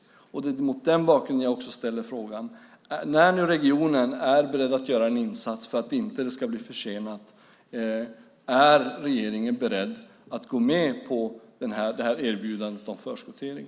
Det är mot den bakgrunden jag ställer frågan om regeringen, när nu regionen är beredd att göra en insats för att bygget inte ska bli försenat, är beredd att gå med på erbjudandet om förskottering.